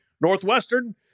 Northwestern